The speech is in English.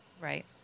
Right